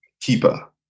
Keeper